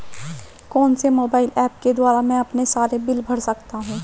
कौनसे mobile apps के द्वारा मैं अपने सारे बिल भर सकता हूं?